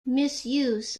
misuse